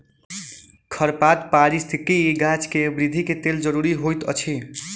खरपात पारिस्थितिकी गाछ के वृद्धि के लेल ज़रूरी होइत अछि